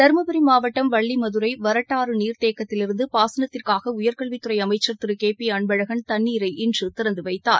தர்மபுரி மாவட்டம் வள்ளி மதுரை வரட்டாறு நீர்தேக்கத்திலிருந்து பாசனத்திற்காக உயர்கல்வித் துறை அமைச்சர் திரு கே பி அன்பழகன் தண்ணீரை இன்று திறந்து வைத்தார்